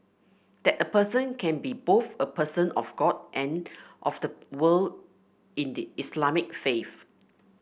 that a person can be both a person of God and of the world in the Islamic faith